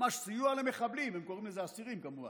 ממש סיוע למחבלים, הם קוראים לזה "אסירים", כמובן,